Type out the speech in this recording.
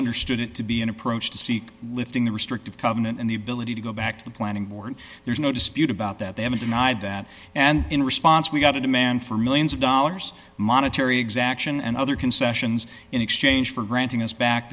understood it to be an approach to seek lifting the restrictive covenant and the ability to go back to the planning board there's no dispute about that they haven't denied that and in response we got a demand for millions of dollars monetary exaction and other concessions in exchange for granting us back